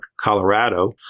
Colorado